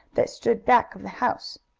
that stood back of the house.